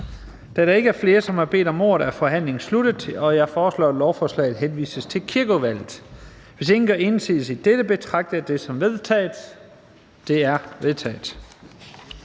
Da der ikke er flere, som har bedt om ordet, er forhandlingen sluttet. Jeg foreslår, at lovforslaget henvises til Kirkeudvalget. Hvis ingen gør indsigelse, betragter jeg det som vedtaget. Det er vedtaget.